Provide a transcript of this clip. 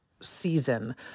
season